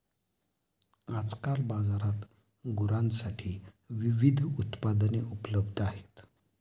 आजकाल बाजारात गुरांसाठी विविध उत्पादने उपलब्ध आहेत